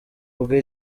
bwe